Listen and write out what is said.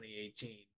2018